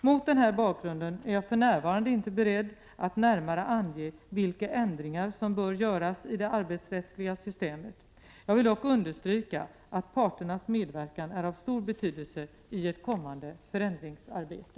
Mot den här bakgrunden är jag för närvarande inte beredd att närmare ange vilka ändringar som bör göras i det arbetsrättsliga systemet. Jag vill dock understryka att parternas medverkan är av stor betydelse i ett kommande förändringsarbete.